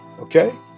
Okay